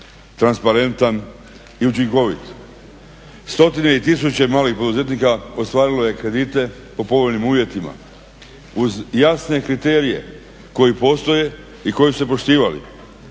transparentan i učinkovit. Stotine i tisuće malih poduzetnika ostvarilo je kredite po povoljnim uvjetima uz jasne kriterije koji postoje i koji su se poštivali.